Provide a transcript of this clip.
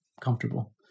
Comfortable